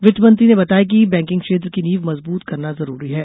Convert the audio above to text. वित्त मंत्री ने बताया कि बैंकिंग क्षेत्र की नींव मजबूत करना जरूरी है